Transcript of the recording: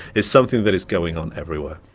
is something that is going on everywhere.